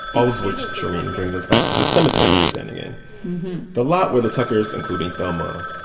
of which, shereen, brings us back to the cemetery that we're standing in the lot where the tuckers, including thelma,